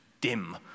dim